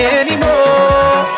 anymore